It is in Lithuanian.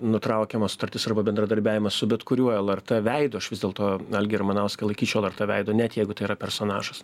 nutraukiama sutartis arba bendradarbiavimas su bet kuriuo lrt veidu aš vis dėlto algį ramanauską laikyčiau lrt veidu net jeigu tai yra personažas